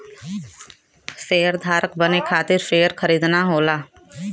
शेयरधारक बने खातिर शेयर खरीदना होला